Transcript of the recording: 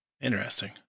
Interesting